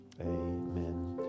Amen